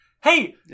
Hey